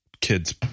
kids